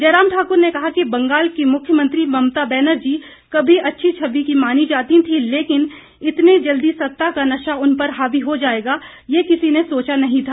जयराम ठाकुर ने कहा कि बंगाल की मुख्यमंत्री ममता बैनर्जी कभी अच्छी छवि की मानी जाती थी लेकिन इतने जल्दी सत्ता का नशा उन पर हावी हो जाएगा ये किसी ने सोचा नहीं था